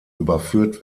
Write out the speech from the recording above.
überführt